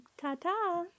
Ta-ta